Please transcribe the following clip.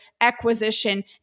acquisition